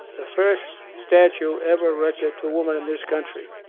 the first statue ever erected to woman in this country.